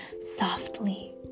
softly